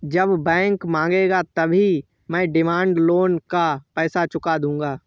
जब बैंक मांगेगा तभी मैं डिमांड लोन का पैसा चुका दूंगा